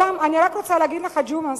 אני רק רוצה להגיד לך, ג'ומס,